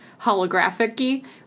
holographic-y